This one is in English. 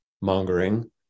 mongering